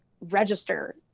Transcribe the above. register